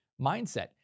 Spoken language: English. mindset